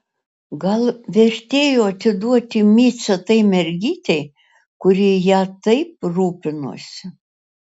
gal vertėjo atiduoti micę tai mergytei kuri ja taip rūpinosi